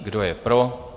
Kdo je pro?